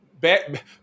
back